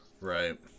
Right